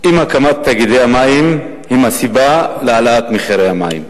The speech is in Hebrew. היא האם הקמת תאגידי המים היא הסיבה להעלאת מחירי המים.